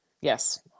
Yes